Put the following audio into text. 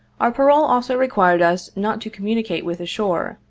our parole also required us not to com municate with the shore,